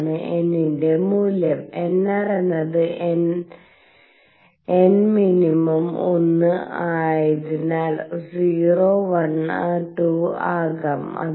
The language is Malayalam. അതാണ് n ന്റെ മൂല്യം nr എന്നത് n മിനിമം ഒന്ന് ആയതിനാൽ 0 1 2 ആകാം